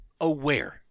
aware